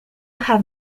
have